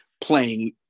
playing